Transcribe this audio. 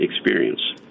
experience